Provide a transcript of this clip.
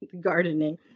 gardening